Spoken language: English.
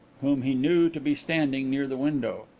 whom he knew to be standing near the window.